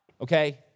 Okay